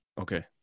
okay